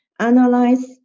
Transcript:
analyze